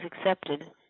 accepted